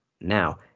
now